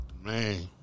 man